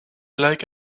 like